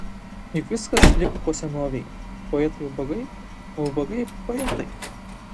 juk viskas liko po senovei poetai ubagai o ubagai poetai